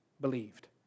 believed